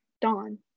dawn